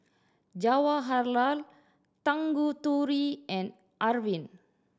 Jawaharlal Tanguturi and Arvind